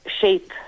shape